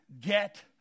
get